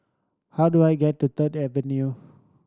how do I get to Third Avenue